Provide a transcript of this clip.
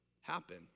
happen